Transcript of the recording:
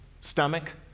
stomach